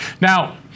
Now